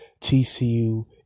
TCU